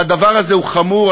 והדבר הזה הוא חמור.